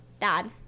Dad